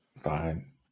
fine